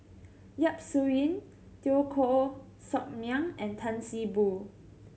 Yap Su Yin Teo Koh Sock Miang and Tan See Boo